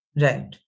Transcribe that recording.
Right